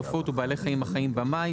עופות ובעלי חיים החיים במים,